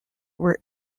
were